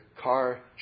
car